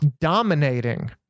dominating